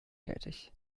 tätig